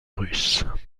russes